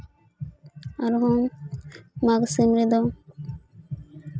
ᱟᱨᱦᱚᱸ ᱢᱟᱜᱷ ᱥᱤᱢ ᱨᱮᱫᱚ